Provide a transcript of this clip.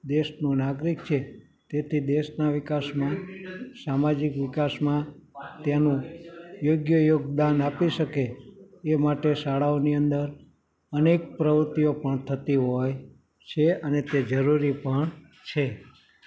દેશનો નાગરિક છે તેથી દેશના વિકાસમાં સામાજિક વિકાસમાં તેનું યોગ્ય યોગદાન આપી શકે એ માટે શાળાઓની અંદર અને પ્રવૃત્તિઓ પણ થતી હોય છે અને તે જરુરી પણ છે